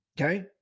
Okay